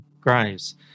graves